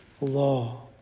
law